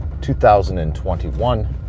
2021